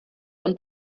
und